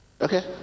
Okay